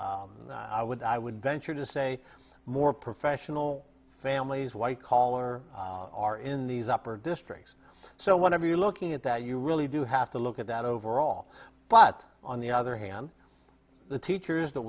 and i would i would venture to say more professional families white color are in these upper districts so whenever you're looking at that you really do have to look at that overall but on the other hand the teachers that